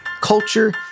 culture